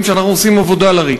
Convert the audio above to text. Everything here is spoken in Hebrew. לפעמים שאנחנו עושים עבודה לריק.